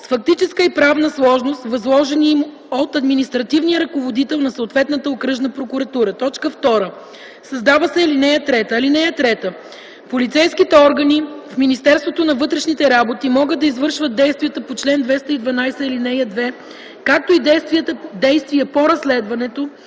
с фактическа и правна сложност, възложени им от административния ръководител на съответната окръжна прокуратура”. 2. Създава се ал. 3: „(3) Полицейските органи в Министерството на вътрешните работи могат да извършват действията по чл. 212, ал. 2, както и действия по разследването,